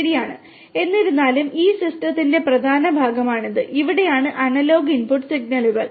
ശരിയാണ് എന്നിരുന്നാലും ഈ സിസ്റ്റത്തിന്റെ പ്രധാന ഭാഗമാണിത് ഇവിടെയാണ് അനലോഗ് ഇൻപുട്ട് സിഗ്നലുകൾ